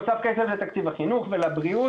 נוסף כסף לתקציב החינוך והבריאות